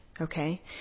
okay